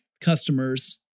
customers